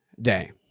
day